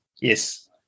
Yes